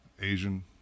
Asian